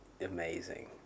amazing